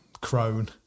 crone